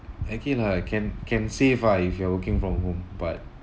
okay lah can can save ah if you are working from home but